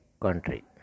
country